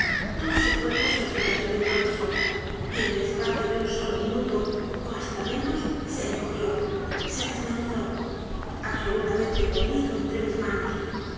todo su cuerpo se estremeció de improviso y en el espacio de un solo minuto ó h a s t a menos se encogió se desmenuzó absolutamente podrido entre mis manos